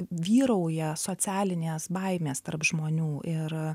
vyrauja socialinės baimės tarp žmonių ir